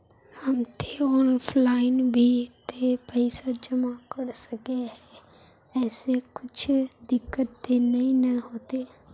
हम ते ऑफलाइन भी ते पैसा जमा कर सके है ऐमे कुछ दिक्कत ते नय न होते?